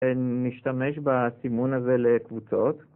נשתמש בסימון הזה לקבוצות